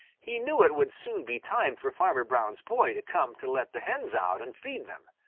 he knew it would soon be time for farmer brown's boy to come to let the hens out and feed them.